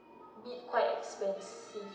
this quite expensive